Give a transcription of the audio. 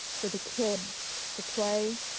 for the kids to play,